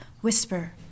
whisper